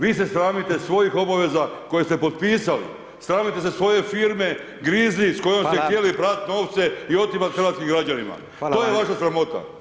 Vi se sramite svojih obaveza koje ste potpisali, sramite se svoje firme Grizli s kojom ste [[Upadica: Hvala]] htjeli prat novce i otimati hrvatskim građanima [[Upadica: Hvala]] to je vaša sramota.